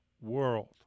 world